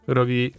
robi